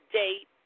date